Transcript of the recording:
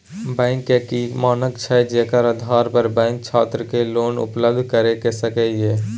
Bank के की मानक छै जेकर आधार पर बैंक छात्र के लोन उपलब्ध करय सके ये?